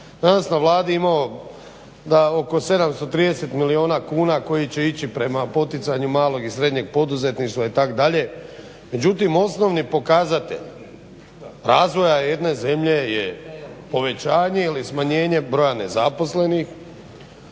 Danas na Vladi imamo da oko 730 milijuna kuna koji će ići prema poticaju malog i srednjeg poduzetništva itd. Međutim osnovni pokazatelj razvoja jedne zemlje je povećanje ili smanjenje broja nezaposlenih,